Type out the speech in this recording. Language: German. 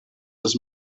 dass